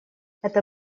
это